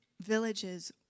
villages